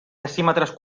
decímetres